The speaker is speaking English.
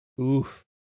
Oof